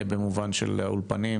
במובן של האולפנים,